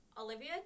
Olivia